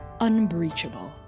unbreachable